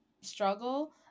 struggle